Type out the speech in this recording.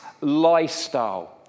lifestyle